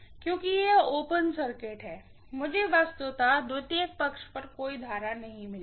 क्योंकि यह open circuit है मुझे वस्तुतः सेकेंडरी साइड पर कोई करंट नहीं मिलेगी